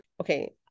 okay